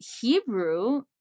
Hebrew